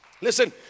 Listen